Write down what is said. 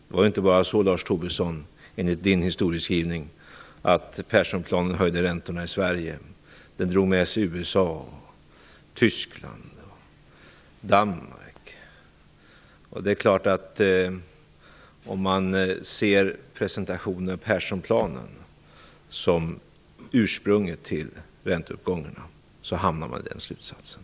Det var inte bara så enligt Lars Tobissons historieskrivning att Perssonplanen höjde räntorna i Sverige, den drog med sig USA, Tyskland och Det är klart, ser man presentationen av Perssonplanen som ursprunget till ränteuppgångarna kommer man till den slutsatsen.